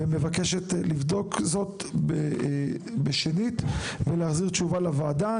ומבקשת לבדוק זאת בשנית ולהחזיר תשובה לוועדה.